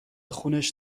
خونش